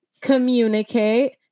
communicate